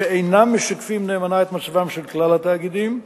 שאינם משקפים נאמנה את מצבם של כלל התאגידים,